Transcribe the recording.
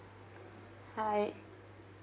hi